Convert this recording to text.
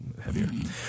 heavier